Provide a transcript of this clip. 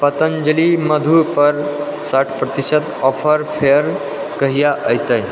पतञ्जलि मधुपर साठि प्रतिशत ऑफर फेर कहिआ एतै